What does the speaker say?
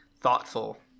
thoughtful